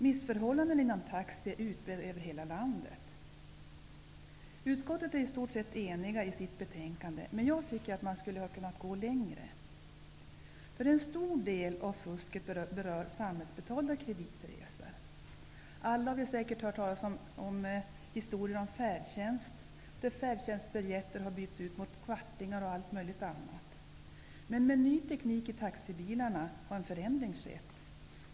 Missförhållandena inom taxi är utbredda över hela landet. Utskottet är i stort sett enigt i sitt betänkande, men jag tycker att man skulle ha kunnat gå längre. En stor del av fusket berör nämligen samhällsbetalda kreditresor. Alla har vi säkert hört historier om färdtjänst, där färdtjänstbiljetter har bytts ut mot kvartingar och allt möjligt annat. Men med ny teknik i taxibilarna har en förändring skett.